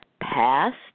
past